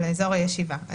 על אזור הישיבה.